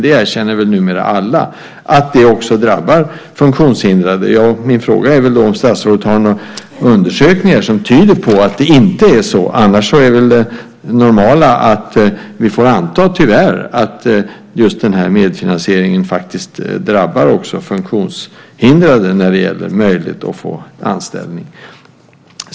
Numera erkänner väl alla att det också drabbar funktionshindrade. Min fråga är därför om statsrådet har några undersökningar som tyder på att det inte är så. Det normala är väl, tyvärr, att vi får anta att just medfinansieringen faktiskt också drabbar funktionshindrade när det gäller deras möjligheter att få anställning.